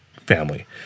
family